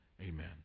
Amen